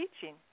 teaching